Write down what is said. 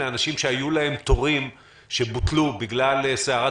לאנשים שהיו להם תורים שבוטלו בגלל סערת